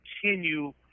continue